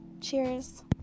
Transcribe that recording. Cheers